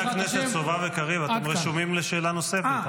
חברי הכנסת סובה וקריב, אתם רשומים לשאלה נוספת.